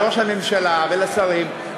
לראש הממשלה ולשרים,